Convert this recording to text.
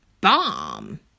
Bomb